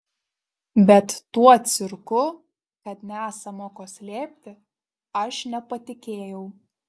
bet tuo cirku kad nesama ko slėpti aš nepatikėjau